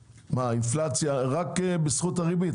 האינפלציה היא רק בזכות הריבית?